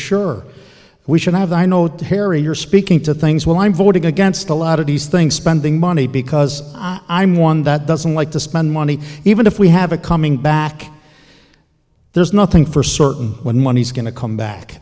sure we should have i know harry you're speaking to things well i'm voting against a lot of these things spending money because i'm one that doesn't like to spend money even if we have a coming back there's nothing for certain when money's going to come back